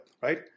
right